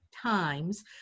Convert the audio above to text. times